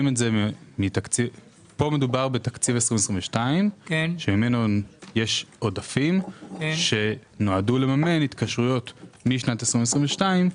פה מדובר בתקציב 22' שממנו יש עודפים שנועדו לממן התקשרויות משנת 2022,